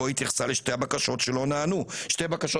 בו התייחסה לשתי הבקשות שלא נענו..." שתי הבקשות